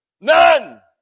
None